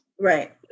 Right